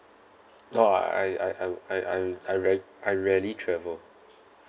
no I I I r~ I I re~ I rare I rarely travel